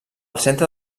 centre